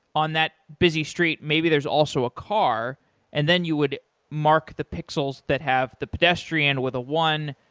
on that busy street, maybe there's also a car and then you would mark the pixels that have the pedestrian with a one,